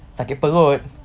sakit perut